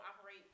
operate